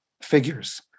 figures